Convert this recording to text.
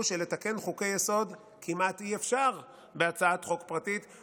שלתקן חוקי-יסוד כמעט אי-אפשר בהצעת חוק פרטית.